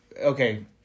Okay